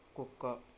కుక్క